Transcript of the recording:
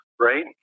Right